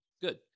good